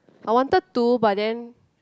I wanted to but then